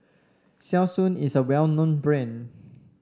Selsun is a well known brand